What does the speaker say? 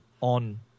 on